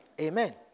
Amen